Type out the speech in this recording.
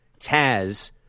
Taz